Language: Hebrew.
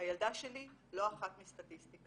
הילדה שלי לא אחת מסטטיסטיקה,